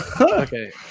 Okay